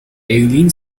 eileen